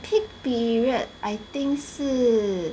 peak period I think 是